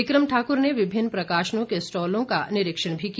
विक्रम ठाकुर ने विभिन्न प्रकाशनों के स्टॉल का निरीक्षण भी किया